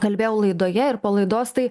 kalbėjau laidoje ir po laidos tai